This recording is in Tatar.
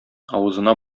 авызына